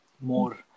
more